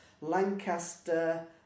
Lancaster